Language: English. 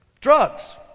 Drugs